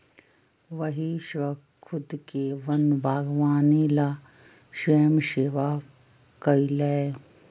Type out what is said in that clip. वही स्खुद के वन बागवानी ला स्वयंसेवा कई लय